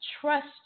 trust